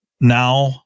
Now